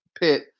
Pitt